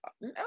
no